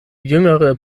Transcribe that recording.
jüngere